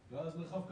ה-20%.